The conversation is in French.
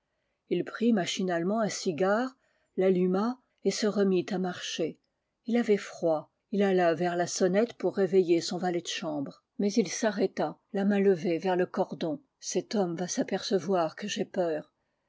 il prit machinalement un cigare l'alluma et se remit à marcher il avait froid il alla vers la sonnette pour réveiller son valet de chambre mais il s'arrêta la main levée vers le cordon cet homme va s'apercevoir que j'ai peur